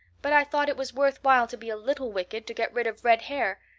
but i thought it was worth while to be a little wicked to get rid of red hair.